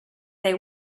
they